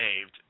saved